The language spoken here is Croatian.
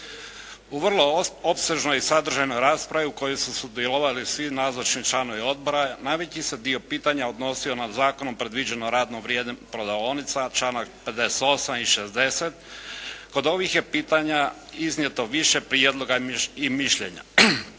U vrlo opsežnoj i sadržajnoj raspravi u kojoj su sudjelovali svi nazočni članovi odbora najveći se dio pitanja odnosio na zakonom predviđeno radno vrijeme prodavaonica, članak 58. i 60. Kod ovih je pitanja iznijeto više prijedloga i mišljenja.